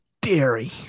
Dairy